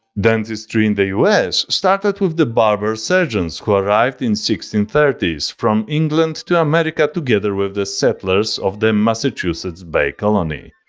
dentistry in the us started with the barber-surgeons who arrived in sixteen thirty s from england to america together with the settlers of the massachusetts bay colony.